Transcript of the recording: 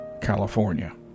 California